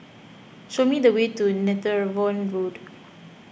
show me the way to Netheravon Road